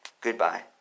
Goodbye